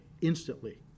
instantly